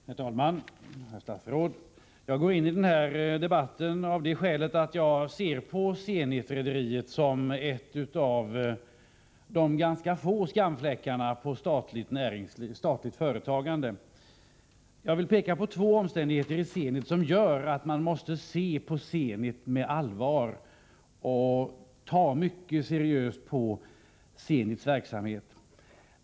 Herr talman! Herr statsråd! Jag går in i den här debatten av det skälet att jag betraktar Zenitrederiet som en av de ganska få skamfläckarna på statligt företagande. Jag vill peka på två omständigheter inom Zenit som gör att man måste se på Zenit med allvar och ta mycket seriöst på Zenits verksamhet.